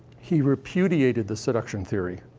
he repudiated the seduction theory.